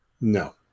No